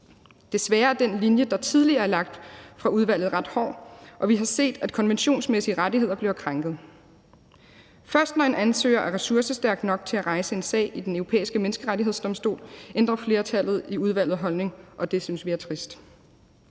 Desværre er den linje, der tidligere er lagt fra udvalget, ret hård, og vi har set, at konventionsmæssige rettigheder bliver krænket. Først når en ansøger er ressourcestærk nok til at rejse en sag ved Den Europæiske Menneskerettighedsdomstol, ændrer flertallet i udvalget holdning, og det synes vi er trist.